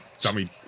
dummy